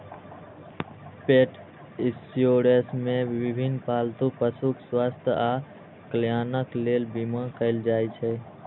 पेट इंश्योरेंस मे विभिन्न पालतू पशुक स्वास्थ्य आ कल्याणक लेल बीमा कैल जाइ छै